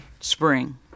spring